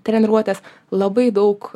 treniruotes labai daug